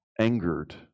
angered